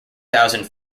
thousand